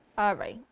alright,